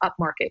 upmarket